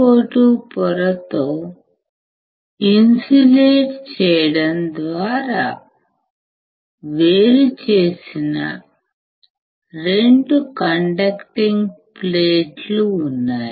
SiO2 పొర తో insulate చేయడం ద్వారా వేరుచేసిన 2 కండక్టింగ్ ప్లేట్లుఉన్నాయి